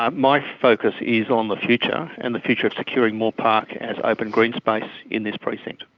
ah my focus is on the future and the future of securing moore park as open green space in this precinct.